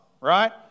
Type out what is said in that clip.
right